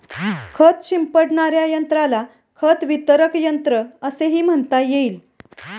खत शिंपडणाऱ्या यंत्राला खत वितरक यंत्र असेही म्हणता येईल